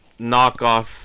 knockoff